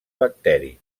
bacteri